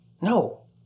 No